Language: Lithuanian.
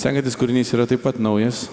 sekantis kūrinys yra taip pat naujas